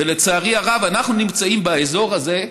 ולצערי הרב, אנחנו נמצאים באזור הזה,